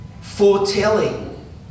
foretelling